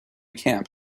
camp